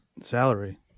salary